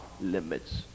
limits